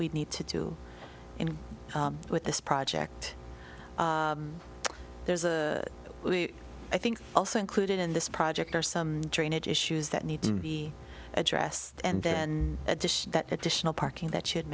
we need to do in with this project there's a i think also included in this project are some drainage issues that need to be addressed and then the dish that additional parking that she had